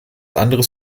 anderes